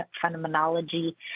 phenomenology